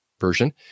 version